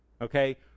Okay